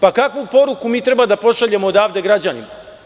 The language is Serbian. Pa, kakvu poruku mi treba da pošaljemo odavde građanima?